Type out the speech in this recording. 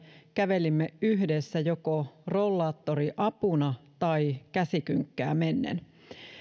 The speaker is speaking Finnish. kävelimme yhdessä rollaattori apuna tai käsikynkkää mennen